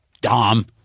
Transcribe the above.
Dom